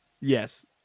yes